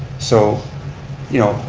so you know,